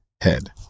head